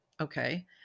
Okay